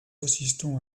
assistons